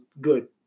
good